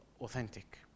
authentic